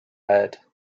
aired